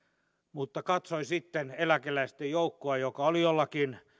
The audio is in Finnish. mutta hän katsoi sitten eläkeläisten joukkoa joka oli jollakin